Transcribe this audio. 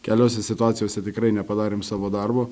keliose situacijose tikrai nepadarėm savo darbo